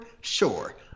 sure